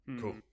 cool